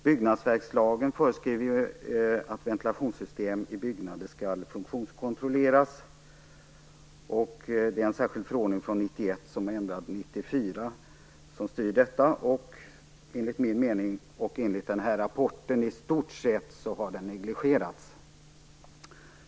Byggnadsverkslagen föreskriver att ventilationssystem i byggnader skall funktionskontrolleras. Det är en särskild förordning från 1991, ändrad 1994, som styr detta. Enligt min mening och enligt rapporten har den i stort sett negligerats.